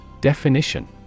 Definition